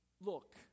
Look